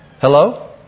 Hello